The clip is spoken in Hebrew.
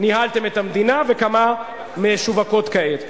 ניהלתם את המדינה, וכמה משווקות כעת?